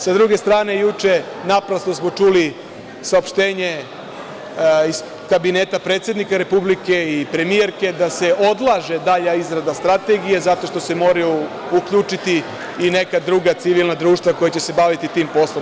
Sa druge strane, juče naprasno smo čuli saopštenje iz Kabineta predsednika Republike Srbije i premijerke da se odlaže dalja izrada strategije, zato što se moraju uključiti i neka druga civilna društva koja će se baviti tim poslom.